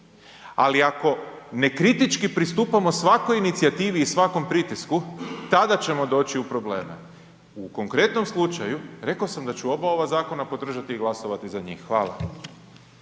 ali ako nekritički pristupamo svakoj inicijativi i svakom pritisku, tada ćemo doći u probleme. U konkretnom slučaju rekao sam da ću oba ova zakona podržati i glasovati za njih. Hvala.